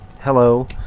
hello